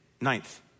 Ninth